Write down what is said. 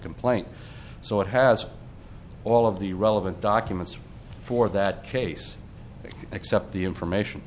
complaint so it has all of the relevant documents for that case except the information